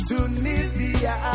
Tunisia